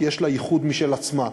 כי יש לה ייחוד משל עצמה,